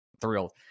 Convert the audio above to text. thrilled